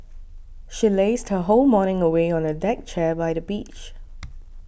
she lazed her whole morning away on a deck chair by the beach